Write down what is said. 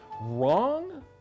wrong